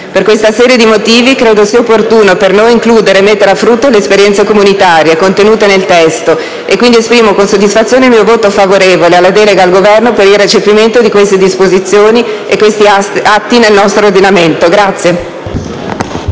Per questa serie di motivi credo sia opportuno per noi includere e mettere a frutto le esperienze comunitarie contenute nel testo. Quindi esprimo con soddisfazione il mio voto favorevole alla delega al Governo per il recepimento di queste disposizioni e di questi atti nel nostro ordinamento.